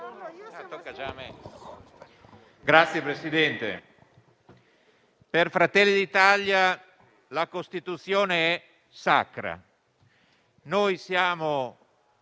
Signor Presidente, per Fratelli d'Italia la Costituzione è sacra. Noi siamo